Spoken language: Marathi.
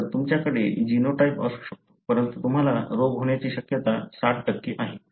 तर तुमच्याकडे जीनोटाइप असू शकतो परंतु तुम्हाला रोग होण्याची शक्यता 60 आहे